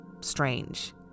strange